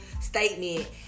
statement